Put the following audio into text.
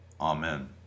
Amen